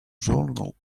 journal